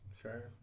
Sure